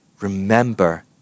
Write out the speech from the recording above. remember